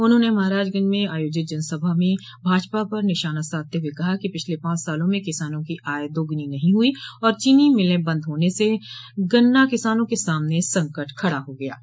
उन्होंने महराजगंज में आयोजित जनसभा में भाजपा पर निशाना साधते हुए कहा कि पिछले पांच सालों म किसानों की आय दोगुनी नहीं हुई और चीनी मिलें बंद होने से गन्ना किसानों के सामने संकट खड़ा हो गया है